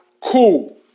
cool